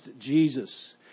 Jesus